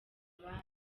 abandi